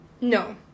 No